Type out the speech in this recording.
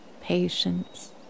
patience